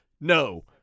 No